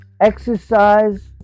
exercise